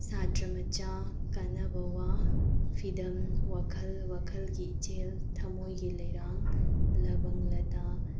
ꯁꯥꯇ꯭ꯔ ꯃꯆꯥ ꯀꯥꯟꯅꯕ ꯋꯥ ꯐꯤꯗꯝ ꯋꯥꯈꯜ ꯋꯥꯈꯜꯒꯤ ꯏꯆꯦꯜ ꯊꯝꯃꯣꯏꯒꯤ ꯂꯩꯔꯥꯡ ꯂꯕꯪ ꯂꯇꯥ